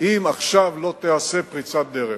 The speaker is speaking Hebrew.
אם עכשיו לא תיעשה פריצת דרך.